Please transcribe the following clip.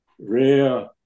rare